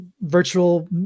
virtual